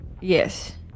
yes